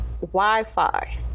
Wi-Fi